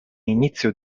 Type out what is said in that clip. inizio